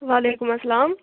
وعلیکُم اسلام